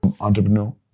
entrepreneur